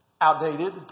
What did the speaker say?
outdated